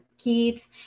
kids